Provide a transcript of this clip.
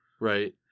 Right